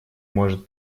может